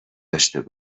باشه